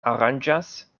aranĝas